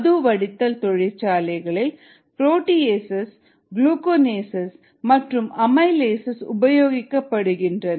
மது வடித்தல் தொழிற்சாலைகளில் proteases glucanases மற்றும் அமைலேஸ்சஸ் உபயோகிக்கப்படுகின்றன